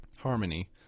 harmony